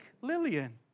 Lillian